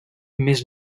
més